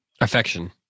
affection